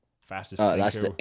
Fastest